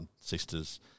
sister's